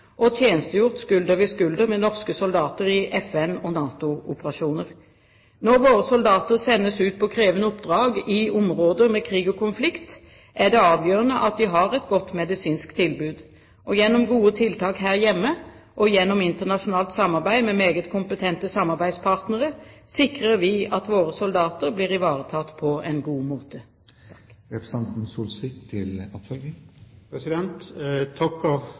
og tjenestegjort skulder ved skulder med norske soldater i FN- og NATO-operasjoner. Når våre soldater sendes ut på krevende oppdrag i områder med krig og konflikt, er det avgjørende at de har et godt medisinsk tilbud. Gjennom gode tiltak her hjemme og gjennom internasjonalt samarbeid med meget kompetente samarbeidspartnere sikrer vi at våre soldater blir ivaretatt på en god